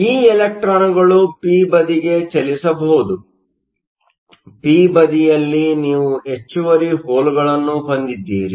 ಈ ಇಲೆಕ್ಟ್ರಾನ್ಗಳು ಪಿ ಬದಿಗೆ ಚಲಿಸಬಹುದು ಪಿ ಬದಿಯಲ್ಲಿ ನೀವು ಹೆಚ್ಚುವರಿ ಹೋಲ್ ಗಳನ್ನು ಹೊಂದಿದ್ದೀರಿ